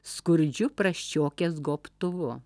skurdžiu prasčiokės gobtuvu